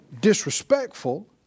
disrespectful